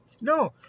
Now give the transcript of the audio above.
No